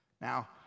Now